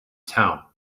town